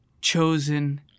chosen